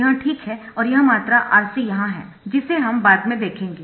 यह ठीक है और यह मात्रा RC यहां है जिसे हम बाद में देखेंगे